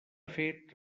fet